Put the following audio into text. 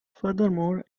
furthermore